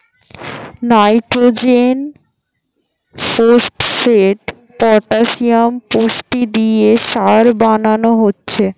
nitrogen, phosphate, potassium পুষ্টি দিয়ে সার বানানা হচ্ছে